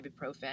ibuprofen